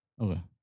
Okay